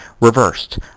Reversed